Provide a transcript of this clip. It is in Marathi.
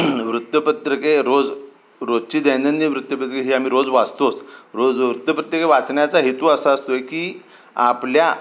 वृत्तपत्रके रोज रोजची दैनंदिन वृत्तपत्रे ही आम्ही रोज वाचतोच रोज वृत्तपत्रिके वाचण्याचा हेतू असा असतो आहे की आपल्या